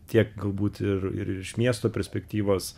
tiek galbūt ir ir iš miesto perspektyvos